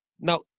Now